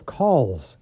calls